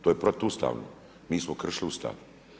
To je protuustavno, mi smo kršili Ustav.